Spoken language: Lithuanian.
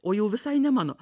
o jau visai ne mano